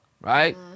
right